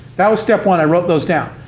that was step one, i wrote those down.